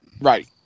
Right